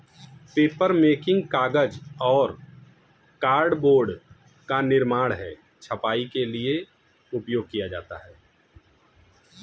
papermaking कागज और cardboard का निर्माण है छपाई के लिए उपयोग किया जाता है